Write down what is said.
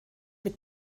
mit